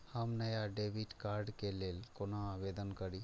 हम नया debit card के लल कौना आवेदन करि?